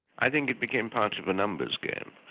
i think it became part of the numbers game,